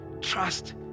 trust